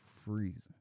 freezing